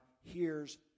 hears